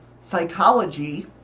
psychology